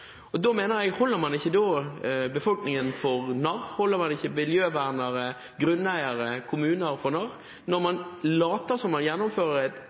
ikke da befolkningen for narr? Holder man ikke miljøvernere, grunneiere og kommuner for narr når man later som man gjennomfører et